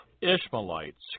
Ishmaelites